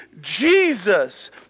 Jesus